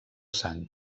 sang